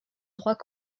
droit